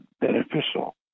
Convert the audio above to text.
beneficial